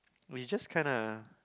it's just kinda